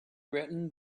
written